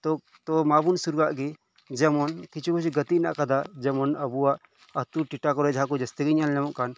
ᱛᱚ ᱛᱚ ᱢᱟᱵᱚ ᱥᱩᱨᱩ ᱠᱟᱜ ᱜᱮ ᱡᱮᱢᱚᱱ ᱠᱤᱪᱷᱩ ᱠᱤᱪᱷᱩ ᱜᱟᱛᱮᱜ ᱦᱮᱱᱟᱜ ᱠᱟᱫᱟ ᱡᱮᱢᱚᱱ ᱟᱵᱚᱣᱟᱜ ᱟᱛᱳ ᱴᱚᱴᱷᱟ ᱠᱚᱨᱮ ᱡᱟᱥᱛᱤ ᱜᱮ ᱧᱮᱞ ᱧᱟᱢᱚᱜ ᱠᱟᱱ